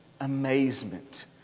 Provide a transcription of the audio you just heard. amazement